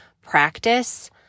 practice